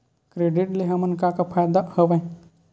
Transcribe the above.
Credit ले हमन का का फ़ायदा हवय?